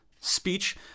speech